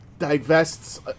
divests